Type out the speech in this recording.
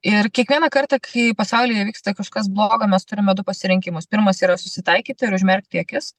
ir kiekvieną kartą kai pasaulyje vyksta kažkas blogo mes turime du pasirinkimus pirmas yra susitaikyti ir užmerkti akis